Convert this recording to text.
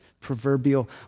proverbial